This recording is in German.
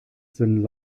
sind